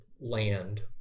land